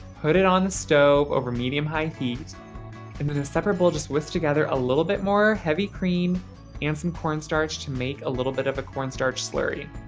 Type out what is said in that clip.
put it on the stove over medium-high heat and then in a separate bowl, just whisk together a little bit more heavy cream and some cornstarch to make a little bit of a cornstarch slurry.